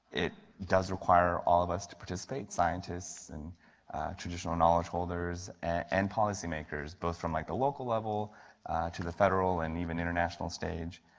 it does require all of us to participate, scientists and traditional knowledge holders, and policymakers, both from like the local level to the federal and even international stage.